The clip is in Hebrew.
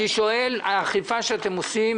טייבה כדוגמה מקדמת תכנון מפורט,